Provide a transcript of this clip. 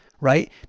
right